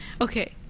Okay